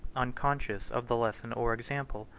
unconscious of the lesson or example,